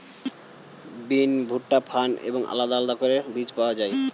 বিন, ভুট্টা, ফার্ন এবং আলাদা আলাদা রকমের বীজ পাওয়া যায়